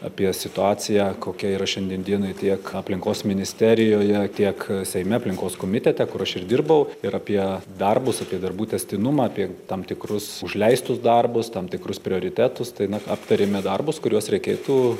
apie situaciją kokia yra šiandien dienai tiek aplinkos ministerijoje tiek seime aplinkos komitete kur aš ir dirbau ir apie darbus apie darbų tęstinumą apie tam tikrus užleistus darbus tam tikrus prioritetus tai na aptarėme darbus kuriuos reikėtų